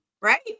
Right